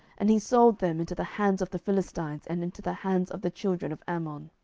and he sold them into the hands of the philistines, and into the hands of the children of ammon.